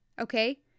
Okay